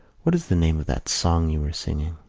what is the name of that song you were singing?